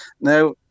Now